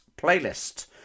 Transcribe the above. Playlist